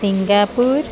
Singapore